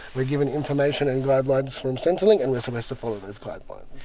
we are given information and guidelines from centrelink and we are supposed to follow those guidelines.